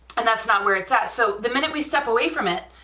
and that's not where it's at, so the minute we stepped away from it.